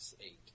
eight